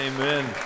Amen